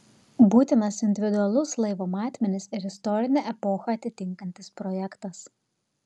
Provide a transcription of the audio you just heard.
būtinas individualus laivo matmenis ir istorinę epochą atitinkantis projektas